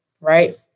right